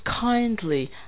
kindly